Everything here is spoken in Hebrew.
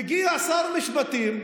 מגיע שר המשפטים,